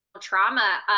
trauma